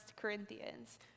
Corinthians